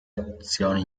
azione